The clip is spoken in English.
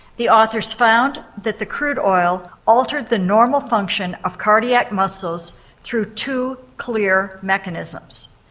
the authors found that the crude oil altered the normal function of cardiac muscles through two clear mechanisms.